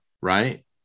right